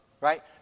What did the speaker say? right